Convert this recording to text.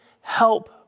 help